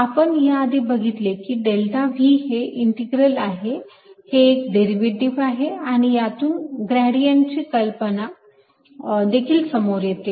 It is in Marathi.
आपण या आधी बघितले आहे की डेल्टा V हे इंटीग्रल आहे हे एक डेरिव्हेटिव्ह आहे आणि यातून ग्रेडियंटची कल्पना देखील समोर येते